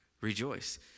rejoice